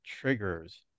triggers